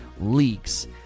leaks